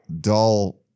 dull